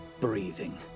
breathing